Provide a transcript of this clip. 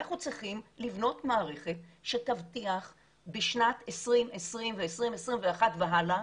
אנחנו צריכים לבנות מערכת שתבטיח בשנת 2020 ו-2021 והלאה